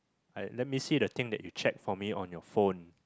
I let me see the thing that you check for me on your phone